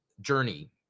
journey